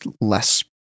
less